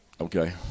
Okay